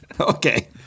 Okay